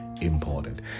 important